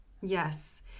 Yes